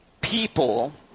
people